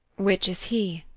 which is he?